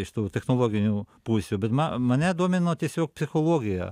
iš tų technologinių pusių bet ma mane domino tiesiog psichologija